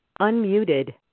Unmuted